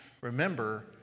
remember